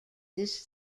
this